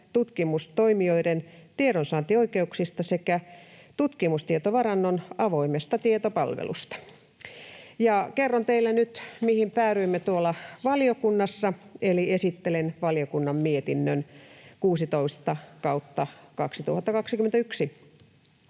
tutkimustoimijoiden tiedonsaantioikeuksista ja tutkimustietovarannon avoimesta tietopalvelusta. Kerron teille nyt, mihin päädyimme tuolla valiokunnassa, eli esittelen valiokunnan mietinnön 16/2021.